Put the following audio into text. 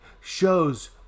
shows